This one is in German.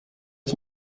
ich